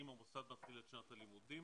אם המוסד מתחיל את שנת הלימודים